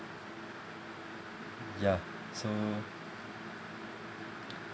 ya so